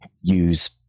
use